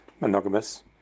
monogamous